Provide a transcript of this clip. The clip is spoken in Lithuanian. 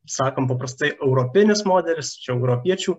sakom paprastai europinis modelis čia europiečių